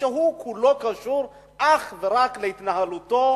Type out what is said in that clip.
כולו קשור אך ורק להתנהלותו